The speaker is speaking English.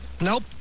Nope